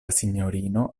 sinjorino